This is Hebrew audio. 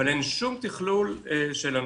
אבל אין שום תכלול של הנושא.